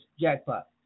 jackpot